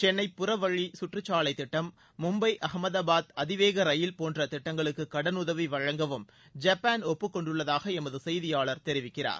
சென்னை புறவழி குற்றுச்சாலைத் திட்டம் மும்பை அகமதாபாத் அதிவேக ரயில் போன்ற திட்டங்களுக்கு கடனுதவி வழங்கவும் ஜப்பான் ஒப்புக்கொண்டுள்ளதாக எமது செய்தியாளர் தெரிவிக்கிறார்